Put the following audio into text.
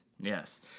Yes